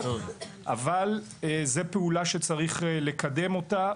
אבל זו פעולה שצריך לקדם אותה,